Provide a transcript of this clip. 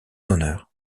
honneur